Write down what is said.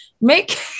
Make